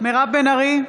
מירב בן ארי,